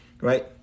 right